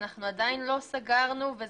עדיין לא סגרנו את זה